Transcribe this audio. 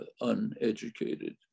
uneducated